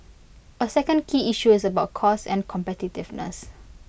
A second key issue is about costs and competitiveness